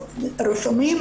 רשומים,